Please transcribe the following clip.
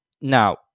Now